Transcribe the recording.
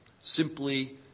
simply